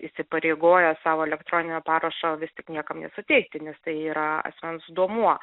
įsipareigoję savo elektroninio parašo vis tik niekam nesuteikti nes tai yra asmens duomuo